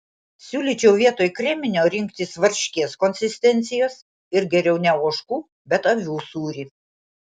siūlyčiau vietoj kreminio rinktis varškės konsistencijos ir geriau ne ožkų bet avių sūrį